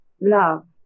love